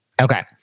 Okay